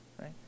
right